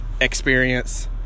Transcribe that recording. experience